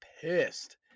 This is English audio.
pissed